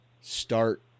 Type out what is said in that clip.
start